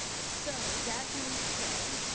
so, that being said,